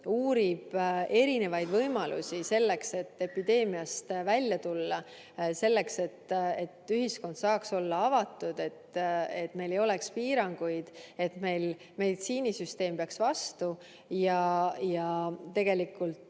uurib erinevaid võimalusi, selleks et epideemiast välja tulla, et ühiskond saaks olla avatud, et meil ei oleks piiranguid, et meil meditsiinisüsteem peaks vastu ja inimesed